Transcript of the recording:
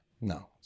no